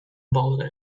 about